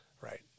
right